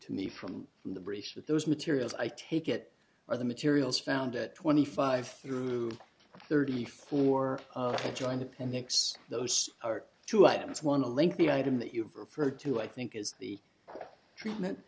to me from the brief that those materials i take it or the materials found at twenty five through thirty four i joined appendix those are two items one a link the item that you have referred to i think is the treatment